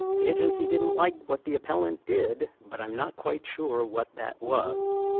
the agency didn't like what the appellant did but i'm not quite sure what that was.